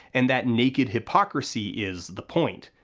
and that naked hypocrisy is the point.